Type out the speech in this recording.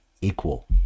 equal